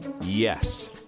Yes